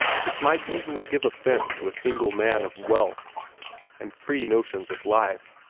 which might easily give offence to a single man of wealth and free notions of life.